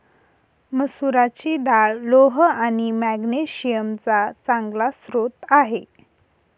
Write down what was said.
मसुराची डाळ लोह आणि मॅग्नेशिअम चा चांगला स्रोत आहे